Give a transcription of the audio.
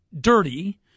dirty